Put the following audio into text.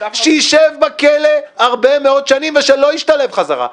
שישב בכלא הרבה מאוד שנים ושלא ישתלב חזרה.